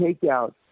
take-out